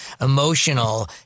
emotional